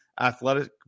athletic